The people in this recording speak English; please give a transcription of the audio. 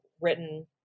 written